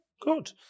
Good